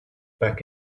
back